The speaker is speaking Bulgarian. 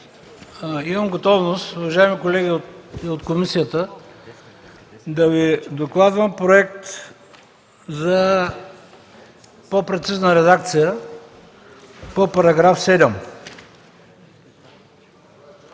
имам готовност, уважаеми колеги от комисията, да Ви докладвам проект за по-прецизна редакция на § 7.